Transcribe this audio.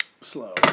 slow